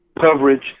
coverage